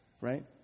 right